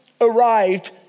arrived